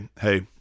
Hey